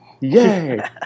Yay